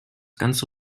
ganze